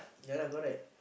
yea lah correct